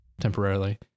temporarily